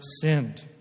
sinned